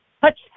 touch